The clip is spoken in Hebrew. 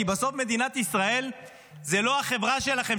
כי בסוף מדינת ישראל היא לא החברה שלכם,